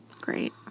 Great